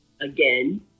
again